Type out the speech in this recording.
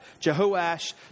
Jehoash